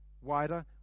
wider